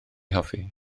hoffi